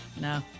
No